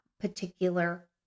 particular